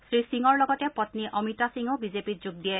শ্ৰীসিঙৰ লগতে পন্নী অমিতা সিঙেও বিজেপিত যোগ দিয়ে